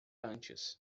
antes